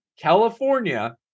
California